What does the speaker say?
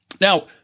now